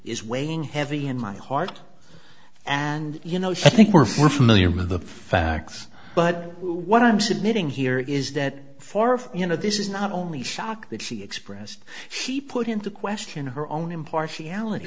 is weighing heavy in my heart and you know she think we're familiar with the facts but what i'm submitting here is that four of you know this is not only shock that she expressed she put into question her own impartiality